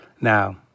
Now